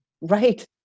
Right